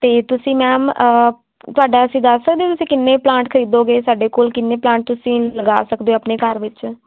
ਅਤੇ ਤੁਸੀਂ ਮੈਮ ਤੁਹਾਡਾ ਅਸੀਂ ਦੱਸ ਸਕਦੇ ਤੁਸੀਂ ਕਿੰਨੇ ਪਲਾਂਟ ਖਰੀਦੋਗੇ ਸਾਡੇ ਕੋਲ ਕਿੰਨੇ ਪਲਾਂਟ ਤੁਸੀਂ ਲਗਾ ਸਕਦੇ ਹੋ ਆਪਣੇ ਘਰ ਵਿੱਚ